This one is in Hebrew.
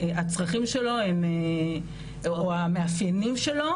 או המאפיינים שלו,